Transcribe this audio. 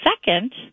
second